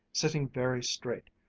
sitting very straight,